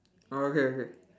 oh okay okay